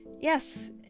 Yes